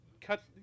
cut